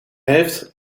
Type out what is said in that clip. heeft